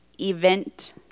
event